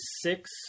six